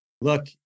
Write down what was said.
look